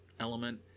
element